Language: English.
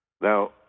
Now